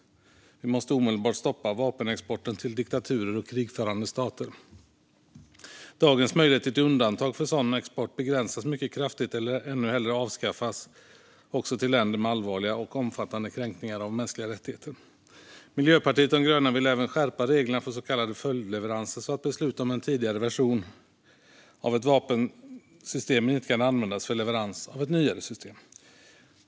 Vi måste omedelbart stoppa vapenexporten till diktaturer och krigförande stater. Dagens möjligheter till undantag för sådan export begränsas mycket kraftigt eller ännu hellre avskaffas också till länder med allvarliga och omfattande kränkningar av mänskliga rättigheter. Miljöpartiet de gröna vill även skärpa reglerna för så kallade följdleveranser, så att beslut om en tidigare version av ett vapensystem inte kan användas för leverans av ett nyare system.